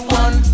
one